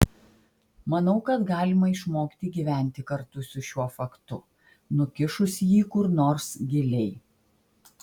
manau kad galima išmokti gyventi kartu su šiuo faktu nukišus jį kur nors giliai